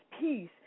peace